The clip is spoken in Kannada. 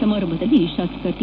ಸಮಾರಂಭದಲ್ಲಿ ಶಾಸಕ ಟಿ